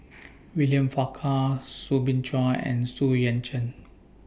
William Farquhar Soo Bin Chua and Xu Yuan Zhen